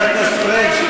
חבר הכנסת פריג',